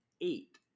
eight